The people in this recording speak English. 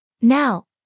Now